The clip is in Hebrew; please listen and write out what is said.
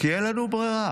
כי אין לנו ברירה,